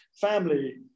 family